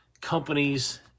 companies